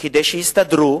כדי שיסתדרו,